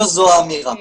לא זו האמירה.